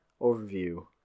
overview